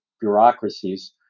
bureaucracies